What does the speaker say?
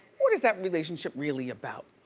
what is that relationship really about?